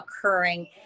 occurring